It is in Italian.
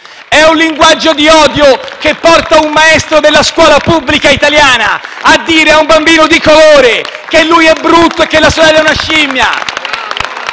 È un linguaggio di odio che porta un maestro della scuola pubblica italiana a dire ad un bambino di colore che lui è brutto e che la sorella è una scimmia.